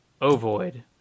ovoid